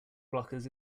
blockers